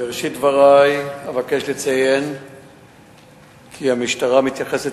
בראשית דברי אבקש לציין כי המשטרה מתייחסת